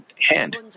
hand